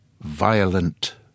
violent